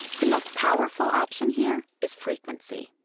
the most powerful option here is frequency.